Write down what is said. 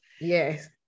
Yes